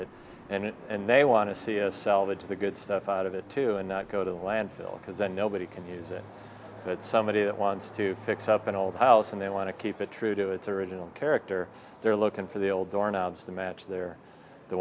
it and it and they want to see a salvage the good stuff out of it too and not go to the landfill because then nobody can use it but somebody that wants to fix up an old house and they want to keep it true to its original character they're looking for the old